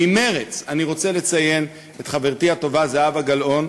ממרצ אני רוצה לציין את חברתי הטובה זהבה גלאון,